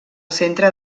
centre